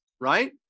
Right